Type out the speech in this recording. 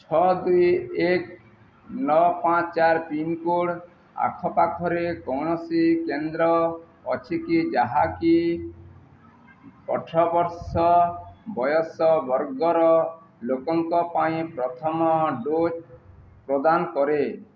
ଛଅ ଦୁଇ ଏକ ନଅ ପାଞ୍ଚ ଚାର ପିନ୍କୋଡ଼୍ ଆଖପାଖରେ କୌଣସି କେନ୍ଦ୍ର ଅଛି କି ଯାହାକି ଅଠର ବର୍ଷ ବୟସ ବର୍ଗର ଲୋକଙ୍କ ପାଇଁ ପ୍ରଥମ ଡୋଜ୍ ପ୍ରଦାନ କରେ